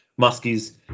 Muskies